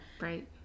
Right